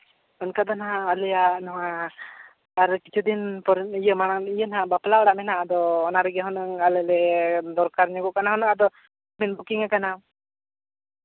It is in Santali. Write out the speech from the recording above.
ᱚᱱᱠᱟ ᱫᱚ ᱱᱟᱦᱟᱸᱜ ᱟᱞᱮᱭᱟᱜ ᱱᱚᱣᱟ ᱟᱨ ᱠᱤᱪᱷᱩ ᱫᱤᱱ ᱢᱟᱲᱟᱝ ᱱᱟᱦᱟᱜ ᱵᱟᱯᱞᱟ ᱚᱲᱟᱜ ᱢᱮᱱᱟᱜᱼᱟ ᱟᱫᱚ ᱚᱱᱟ ᱨᱮᱜᱮ ᱦᱩᱱᱟᱹᱝ ᱟᱞᱮ ᱞᱮ ᱫᱚᱨᱠᱟᱨ ᱧᱚᱜᱚᱜ ᱠᱟᱱᱟ ᱟᱫᱚ